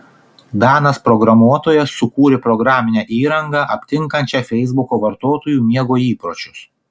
danas programuotojas sukūrė programinę įrangą aptinkančią feisbuko vartotojų miego įpročius